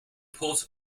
port